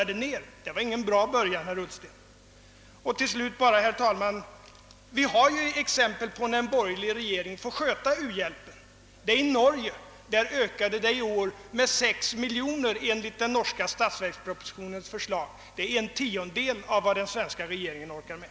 Det var ingen bra början, herr Ullsten. Till slut, herr talman! Vi har exempel på hur det går när en borgerlig regering får sköta u-hjälpen. I Norge ökade uhjälpen i år med 6 miljoner enligt den norska statsverkspropositionens förslag. Detta är en tiondel av vad den svenska regeringen har orkat med.